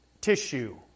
tissue